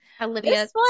Olivia's